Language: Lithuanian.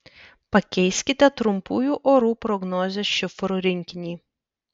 pakeiskite trumpųjų orų prognozės šifrų rinkinį